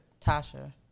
Tasha